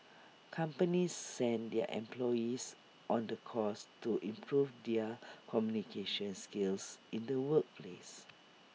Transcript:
companies send their employees on the course to improve their communication skills in the workplace